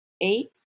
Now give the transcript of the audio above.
eight